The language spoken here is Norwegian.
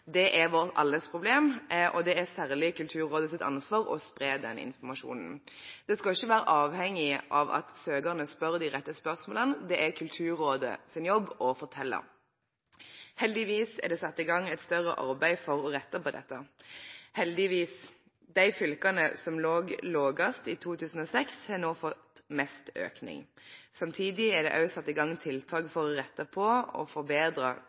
Det er vårt alles problem, og det er særlig Kulturrådets ansvar å spre den informasjonen. Det skal ikke være avhengig av at søkerne stiller de rette spørsmålene, det er Kulturrådets jobb å fortelle. Heldigvis er det satt i gang et større arbeid for å rette på dette. De fylkene som lå lavest i 2006, har nå fått mest økning. Samtidig er det også satt i gang tiltak for å rette på og forbedre